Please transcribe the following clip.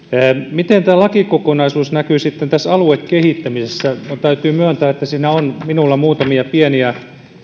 miten tämä lakikokonaisuus näkyy sitten tässä aluekehittämisessä minun täytyy myöntää että siinä on minulla muutamia pieniä